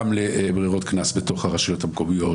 לברירות קנס בתוך הרשויות המקומית,